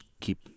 keep